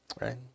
right